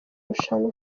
rushanwa